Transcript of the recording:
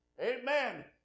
Amen